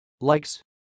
Likes